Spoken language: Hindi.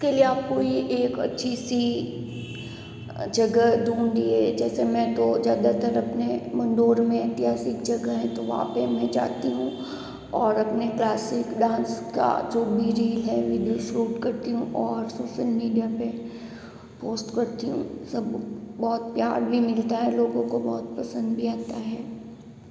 इसके लिया आप कोई एक अच्छी सी जगह ढूंढीए जैसे मैं तो ज़्यादातर अपने मंडोर में ऐतिहासिक जगह है तो वहाँ पर मैं जाती हूँ और अपने क्लासिक डांस का जो भी रील है वीडियोस सूट करती हूँ और सोशल मीडिया पर पोस्ट करती हूँ सब बहुत प्यार भी मिलता है लोगों को बहुत पसंद भी आता है